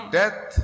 death